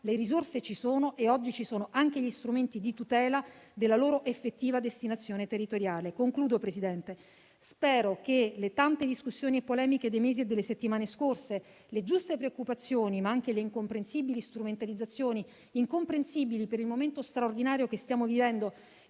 le risorse ci sono e oggi ci sono anche gli strumenti di tutela della loro effettiva destinazione territoriale. In conclusione, Presidente, spero che le tante discussioni e polemiche dei mesi e delle settimane scorse, le giuste preoccupazioni ma anche le strumentalizzazioni - incomprensibili per il momento straordinario che stiamo vivendo,